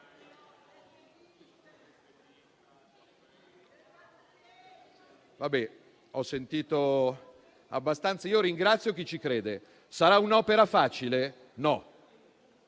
Va bene, ho sentito abbastanza. Ringrazio chi ci crede. Sarà un'opera facile? No.